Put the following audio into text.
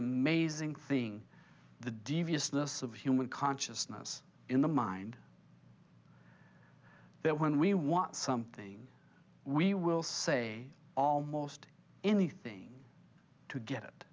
amazing thing the deviousness of human consciousness in the mind that when we want something we will say almost anything to get